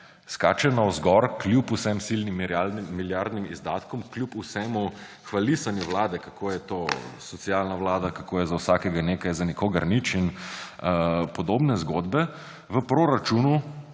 skače navzgor kljub vsem silnim milijardnim izdatkom. Kljub vsemu hvalisanju vlade, kako je to socialna vlada, kako je za vsakega nekaj, za nikogar nič in podobne zgodbe, v proračunu,